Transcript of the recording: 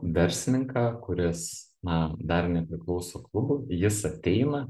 verslininką kuris na dar nepriklauso klubui jis ateina